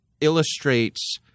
illustrates